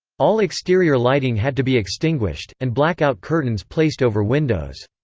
all exterior lighting had to be extinguished, and black-out curtains placed over windows.